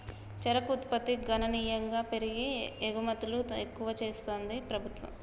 చెరుకు ఉత్పత్తి గణనీయంగా పెరిగి ఎగుమతులు ఎక్కువ చెస్తాంది ప్రభుత్వం